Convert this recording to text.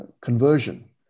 conversion